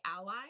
ally